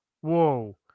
whoa